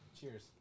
Cheers